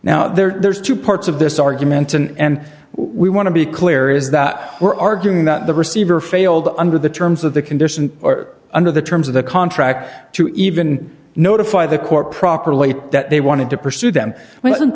now there's two parts of this argument and we want to be clear is that we're arguing that the receiver failed under the terms of the condition or under the terms of the contract to even notify the court properly that they wanted to pursue them well isn't